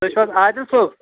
تُہۍ چھُو حظ عادِل صٲب